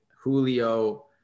Julio